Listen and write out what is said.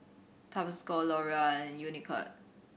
Tabasco L'Oreal and Unicurd